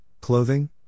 clothing